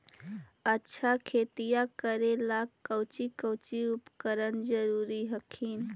अच्छा खेतिया करे ला कौची कौची उपकरण जरूरी हखिन?